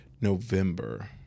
November